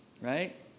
right